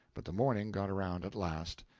but the morning got around at last.